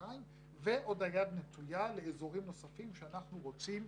ירושלים ועוד היד נטויה לאזורים נוספים שאנחנו רוצים